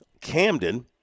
Camden